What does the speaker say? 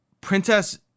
Princess